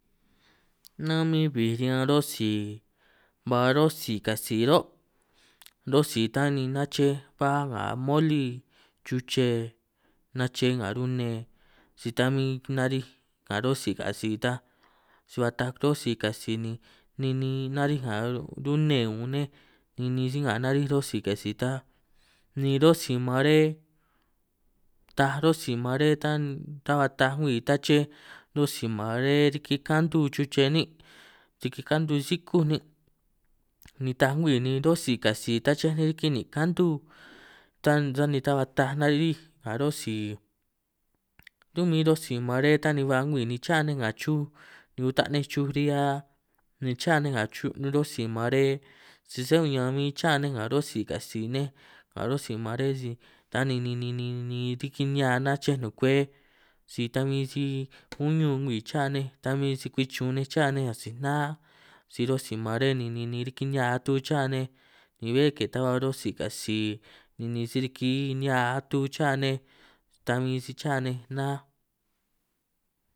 Nan min bij riñan rosi ba rosi katsi roꞌ, rosi tan ni nache ba nga moli chuche nache nga rune si ta bin nariꞌij nga rosi katsi ta, si ba taaj rosi katsi ni ninin narij nga rune un nej, nini si nga nariꞌij rosi katsi ta ni rosi mare taaj, rosi mare ta ba taaj ngwii tachej rosi mare riki kantu chuche niꞌ riki kantu sikúj niꞌ, ni taaj ngwi ni dosi katsi tachej nej riki ninꞌ kantu, sani ta ba taaj narij nga rosi runꞌ min dosi mare ta, ni ba ngwii ni cha ninj nga chuj ni utaꞌ nej chuj rihia ni cha nej nga chuj rosi mare, si sé uñan min cha nej nga rosi katsi nej nga rosi mare, si ta ni ni ni ni riki nihia nachej nukwe si ta min si uñun ngwii cha nej, ta bin si kwi chun nej cha nej asij na si rosi mare ni ni ni ni riki nihia atu cha nej, ni bé ke ta ba rosi katsi ninin si riki nihia atu cha nej ta bin si cha nej na.